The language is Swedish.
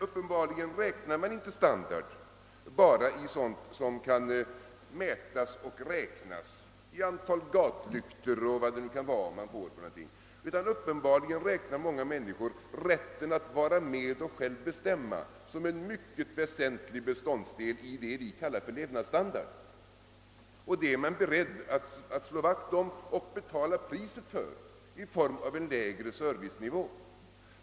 Uppenbarligen värderar inte alla standard bara i sådant som kan mätas och räknas, i antal gatlyktor och vad det nu är man kan vinna på en sammanslagning, utan uppenbarligen räknar många människor rätten att vara med och bestämma som en mycket väsentlig beståndsdel i det vi kallar levnadsstandard. Och det är man beredd att slå vakt om och betala priset för i form av en lägre servicenivå.